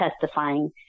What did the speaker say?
testifying